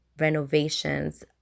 renovations